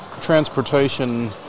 transportation